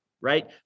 Right